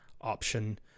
option